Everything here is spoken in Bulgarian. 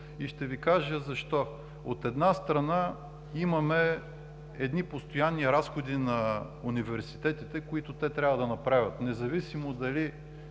и ще Ви кажа защо. От една страна, имаме едни постоянни разходи на университетите, които те трябва да направят, независимо дали